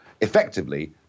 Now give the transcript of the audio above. effectively